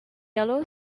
yellow